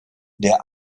der